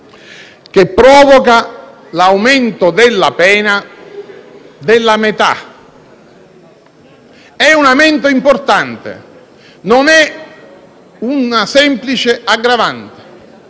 che provoca l'aumento della pena della metà. È un aumento importante, non è una semplice aggravante: